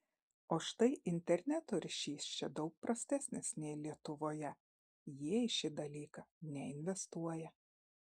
o štai interneto ryšys čia daug prastesnis nei lietuvoje jie į šį dalyką neinvestuoja